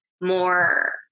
more